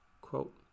Quote